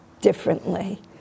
differently